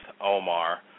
Omar